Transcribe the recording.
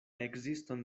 ekziston